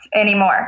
Anymore